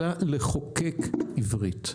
אלא לחוקק עברית.